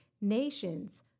nations